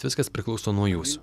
viskas priklauso nuo jūsų